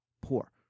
poor